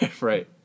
Right